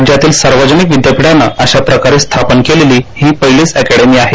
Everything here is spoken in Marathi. राज्यातील सार्वजनिक विद्यापीठाने अशा प्रकारे स्थापन केलेली ही पहिलीच अकॅडमी आहे